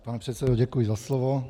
Pane předsedo, děkuji za slovo.